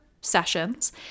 sessions